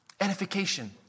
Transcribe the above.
Edification